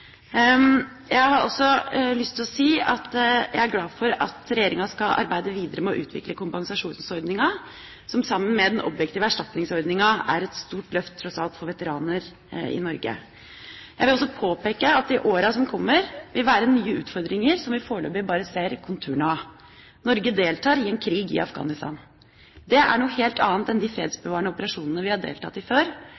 Jeg har også lyst til å si at jeg er glad for at regjeringa skal arbeide videre med å utvikle kompensasjonsordninga, som sammen med den objektive erstatningsordninga er et stort løft tross alt for veteraner i Norge. Jeg vil også påpeke at det i åra som kommer, vil være nye utfordringer som vi foreløpig bare ser konturene av. Norge deltar i en krig i Afghanistan. Det er noe helt annet enn de